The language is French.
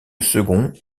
second